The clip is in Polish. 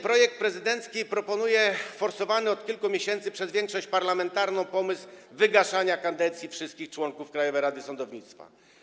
Projekt prezydencki proponuje forsowany od kilku miesięcy przez większość parlamentarną pomysł wygaszania kadencji wszystkich członków Krajowej Rady Sądownictwa.